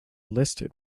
listed